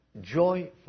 Joy